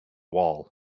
wall